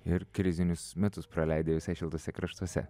ir krizinius metus praleidai visai šiltuose kraštuose